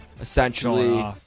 essentially